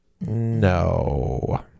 No